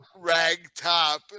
ragtop